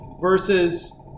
versus